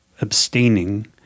abstaining